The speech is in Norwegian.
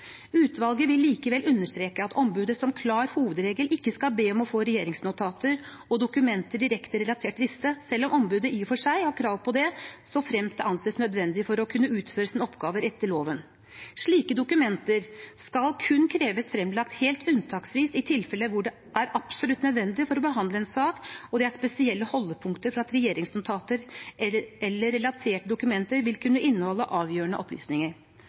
vil likevel understreke at ombudet som klar hovedregel ikke skal be om å få regjeringsnotater og dokumenter direkte relatert til disse, selv om ombudet i og for seg har krav på det så fremt det anses nødvendig for å kunne utføre sin oppgave etter loven. Slike dokumenter skal kun kreves fremlagt helt unntaksvis i tilfeller hvor det er absolutt nødvendig for å behandle en sak og det er spesielle holdepunkter for at regjeringsnotater eller relaterte dokumenter vil kunne inneholde avgjørende opplysninger.